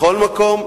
מכל מקום,